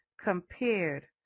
compared